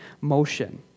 motion